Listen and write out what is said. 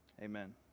Amen